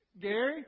Gary